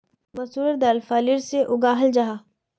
मसूरेर दाल फलीर सा उगाहल जाहा